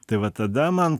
tai va tada man